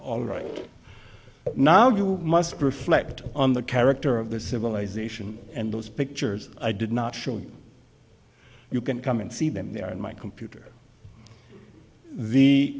all right now you must reflect on the character of the civilization and those pictures i did not surely you can come and see them there in my computer